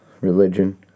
religion